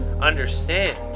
understand